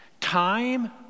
Time